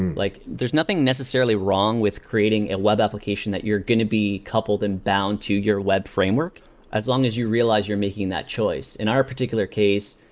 and like there's nothing necessarily wrong with creating a and web application that you're going to be coupled and bound to your web framework as long as you realize you're making that choice. in our particular case,